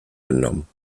genommen